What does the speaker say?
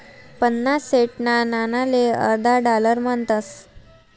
पन्नास सेंटना नाणाले अर्धा डालर म्हणतस